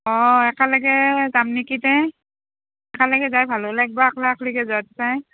অঁ একেলগে যাম নেকি তে একেলগে যাই ভালো লাগিব একলা একলি কে যোৱাত চাই